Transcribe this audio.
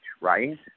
right